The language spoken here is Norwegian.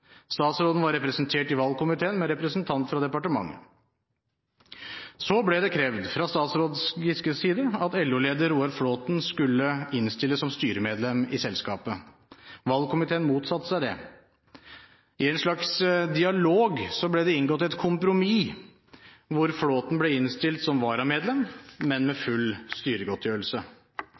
Statsråden var representert i valgkomiteen med representant fra departementet. Så ble det krevd fra statsråd Giskes side at LO-leder Roar Flåthen skulle innstilles som styremedlem i selskapet. Valgkomiteen motsatte seg det. I en slags dialog ble det inngått et kompromiss hvor Flåthen ble innstilt som varamedlem, men med full styregodtgjørelse.